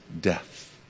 death